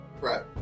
Right